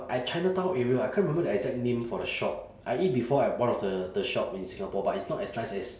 at chinatown area I can't remember the exact name for the shop I eat before at one of the the shop in singapore but it's not as nice as